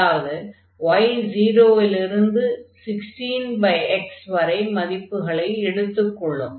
அதாவது y 0 லிருந்து 16x வரை மதிப்புகளை எடுத்துக் கொள்ளும்